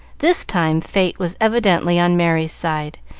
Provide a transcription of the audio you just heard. this time fate was evidently on merry's side,